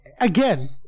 Again